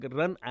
run